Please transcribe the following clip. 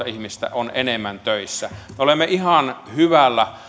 ihmistä enemmän on töissä me olemme ihan hyvällä